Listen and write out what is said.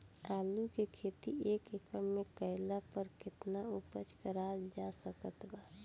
आलू के खेती एक एकड़ मे कैला पर केतना उपज कराल जा सकत बा?